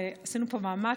ועשינו פה מאמץ,